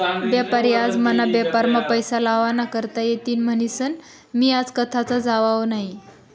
बेपारी आज मना बेपारमा पैसा लावा ना करता येतीन म्हनीसन मी आज कथाच जावाव नही